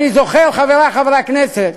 אני זוכר, חברי חברי הכנסת,